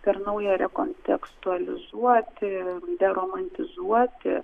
per naują rekontekstualizuoti deromantizuoti